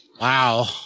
wow